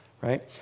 Right